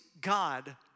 God